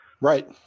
Right